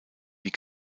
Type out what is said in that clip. wie